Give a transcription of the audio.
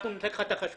אנחנו ננתק לך את החשמל.